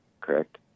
correct